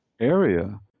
area